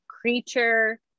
creature